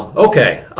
okay.